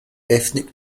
ethnic